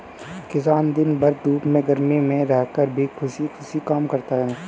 किसान दिन भर धूप में गर्मी में रहकर भी खुशी खुशी काम करता है